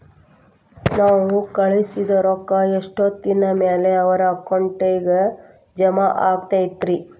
ನಾವು ಕಳಿಸಿದ್ ರೊಕ್ಕ ಎಷ್ಟೋತ್ತಿನ ಮ್ಯಾಲೆ ಅವರ ಅಕೌಂಟಗ್ ಜಮಾ ಆಕ್ಕೈತ್ರಿ?